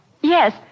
Yes